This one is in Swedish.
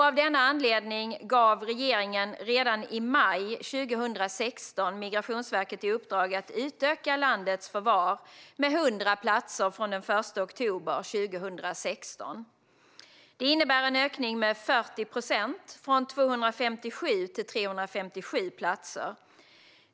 Av denna anledning gav regeringen redan i maj 2016 Migrationsverket i uppdrag att utöka landets förvar med 100 platser från den 1 oktober 2016. Detta innebär en ökning med 40 procent, från 257 till 357 platser.